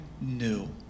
new